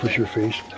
your face.